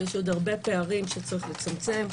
יש עוד הרבה פערים שצריך לצמצם.